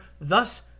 thus